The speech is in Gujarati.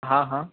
હા હા